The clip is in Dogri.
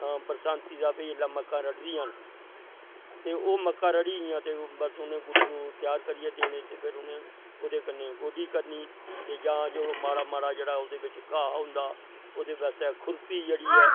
बरसांती दा भाई जेल्लै मक्कां रढ़दियां न ते ओह् मक्कां रढ़ी आं तो बस हुनै गुड्डनु त्यार करियै देने ते फिर उनेओह्दे कन्नै गोड्डी करनी ते जां जे माड़ा माड़ा जेह्ड़ा ओह्दे बिच्च घा होंदा ओह्दे बास्तै खुर्पी जेह्ड़ी ऐ